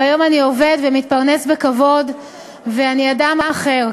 והיום אני עובד ומתפרנס בכבוד ואני אדם אחר.